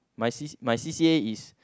my C my C_c_A is